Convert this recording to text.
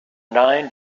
nine